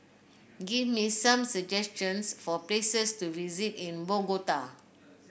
give me some suggestions for places to visit in Bogota